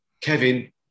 Kevin